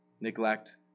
neglect